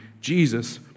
Jesus